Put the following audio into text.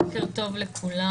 בוקר טוב לכולם.